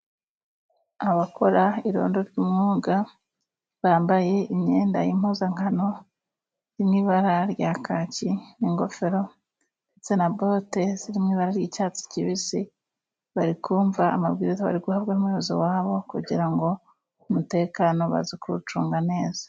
Abakora irondo ry'umwuga bambaye imyenda y'impuzankano iri mu ibara rya kaki n'ingofero ndetse na bote ziri mu ibara ry'icyatsi kibisi. Barikumva amabwiriza bari guhabwa n'umuyobozi wabo kugira ngo umutekano baze kuwucunga neza.